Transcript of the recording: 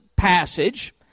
passage